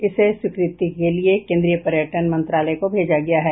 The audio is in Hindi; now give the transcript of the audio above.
इसे स्वीकृति के लिए केन्द्रीय पर्यटन मंत्रालय को भेजा गया है